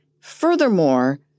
Furthermore